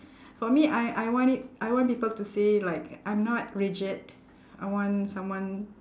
for me I I want it I want people to see like I'm not rigid I want someone